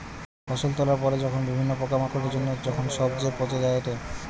ফসল তোলার পরে যখন বিভিন্ন পোকামাকড়ের জন্য যখন সবচে পচে যায়েটে